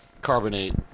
carbonate